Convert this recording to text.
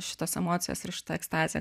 šitas emocijas ir šita ekstazė